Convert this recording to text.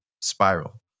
spiral